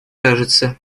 кажется